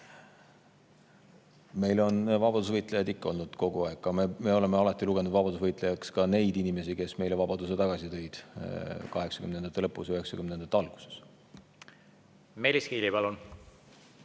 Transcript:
Meil on vabadusvõitlejaid ju olnud kogu aeg. Me oleme alati pidanud vabadusvõitlejaiks ka neid inimesi, kes meile vabaduse tagasi tõid 1980-ndate lõpus, 90-ndate alguses. Meelis Kiili, palun!